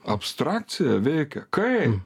abstrakcija veikia kai